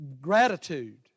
gratitude